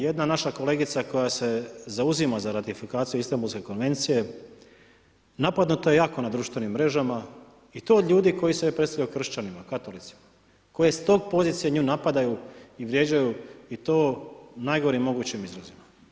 Jedna naša kolegica koja se zauzima za ratifikaciju Istanbulske konvencije napadnuta je jako na društvenim mrežama i to od ljudi koji se predstavljaju kršćanima, katolicima, koji iz te pozicije nju napadaju i vrijeđaju i to na najgorim mogućim izrazima.